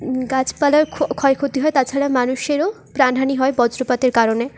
গাছপালার ক্ষয়ক্ষতি হয় তাছাড়া মানুষেরও প্রাণহানি হয় বজ্রপাতের কারণে